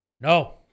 No